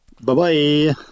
Bye-bye